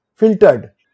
Filtered